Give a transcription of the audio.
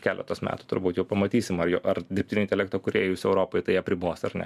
keletos metų turbūt jau pamatysim ar jo ar dirbtinio intelekto kūrėjus europoj tai apribos ar ne